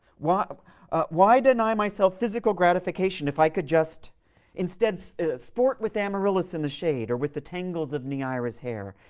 why why deny myself physical gratification if i could just instead so sport with amaryllis in the shade or with the tangles of neaera's hair?